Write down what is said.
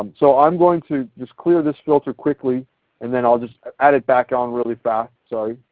um so i am going to just clear this filter quickly and then i'll just add it back on really fast.